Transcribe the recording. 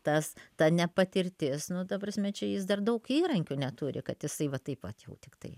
tas ta nepatirtis nu ta prasme čia jis dar daug įrankių neturi kad jisai va taip vat jau tiktai